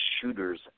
shooters